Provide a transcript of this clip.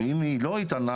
ואם היא לא איתנה,